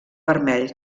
vermell